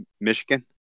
Michigan